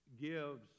gives